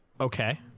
Okay